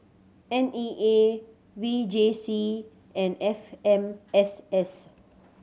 N E A V J C and F M S S